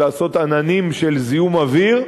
ולעשות עננים של זיהום אוויר,